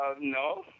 no